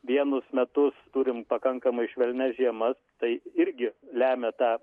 vienus metus turim pakankamai švelnias žiemas tai irgi lemia tą